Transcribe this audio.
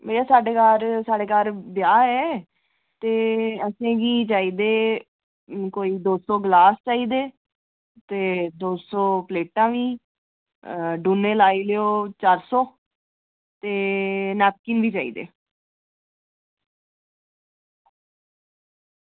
एह् साढ़े घर साढ़े घर ब्याह् ऐ ते असेंगी चाहिदे कोई दो सौ गलास चाहिदे ते दो सौ प्लेटां बी डूनै लाई लैओ चार सौ ते नैपकिन बी चाहिदे